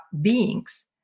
beings